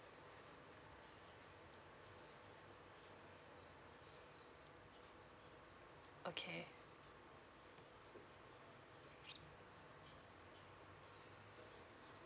okay